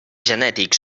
genètic